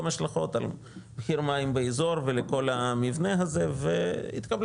השלכות על מחיר המים באזור ולכל המבנה הזה והתקבלה